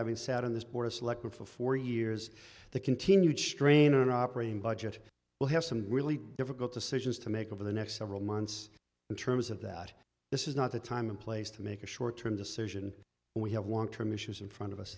having sat on this board of selectmen for four years the continued strain and operating budget will have some really difficult decisions to make over the next several months in terms of that this is not the time and place to make a short term decision and we have long term issues in front of us